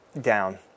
down